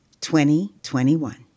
2021